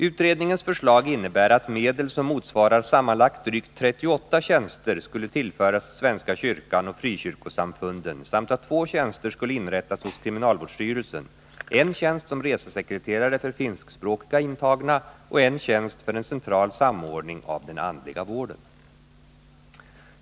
Utredningens förslag innebär att medel som motsvarar sammanlagt drygt 38 tjänster skulle tillföras svenska kyrkan och frikyrkosamfunden samt att två tjänster skulle inrättas hos kriminalvårdsstyrelsen, en tjänst som resesekreterare för finskspråkiga intagna och en tjänst för en central samordning av den andliga vården.